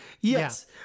Yes